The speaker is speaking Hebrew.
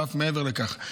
ואף מעבר לכך.